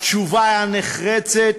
התשובה הנחרצת: